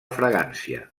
fragància